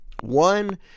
one